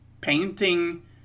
painting